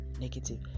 negative